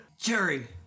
Jerry